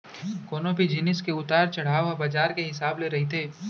कोनो भी जिनिस के उतार चड़हाव ह बजार के हिसाब ले रहिथे